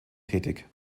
tätig